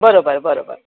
बरोबर बरोबर